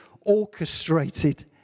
orchestrated